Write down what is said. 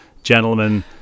gentlemen